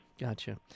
Gotcha